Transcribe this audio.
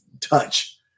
touch